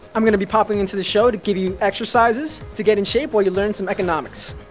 i'm going to be popping into the show to give you exercises to get in shape while you learn some economics.